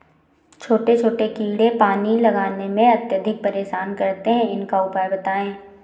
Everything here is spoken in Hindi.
छोटे छोटे कीड़े पानी लगाने में अत्याधिक परेशान करते हैं इनका उपाय बताएं?